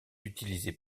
utilisé